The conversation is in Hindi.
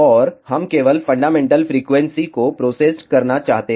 और हम केवल फंडामेंटल फ्रीक्वेंसी को प्रोसेस्ड करना चाहते हैं